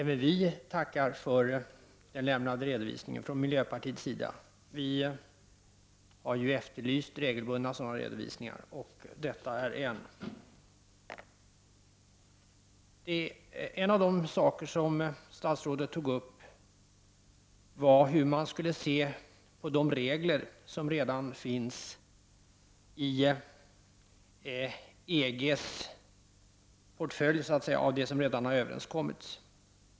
Herr talman! Även vi från miljöpartiets sida tackar för den lämnade redovisningen. Vi har efterlyst regelbundna sådana redovisningar, och detta är en. En av de saker som statsrådet tog upp var hur man skulle se på de regler som redan finns i EG:s portfölj så att säga, det som redan har överenskommits.